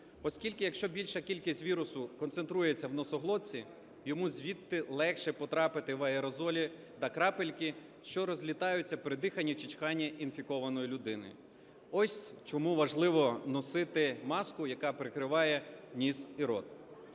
Оскільки якщо більша кількість вірусу концентрується в носоглотці, йому звідти легше потрапити в аерозолі та крапельки, що розлітаються при диханні чи чханні інфікованої людини. Ось чому важливо носити маску, яка прикриває ніс і рот.